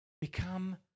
become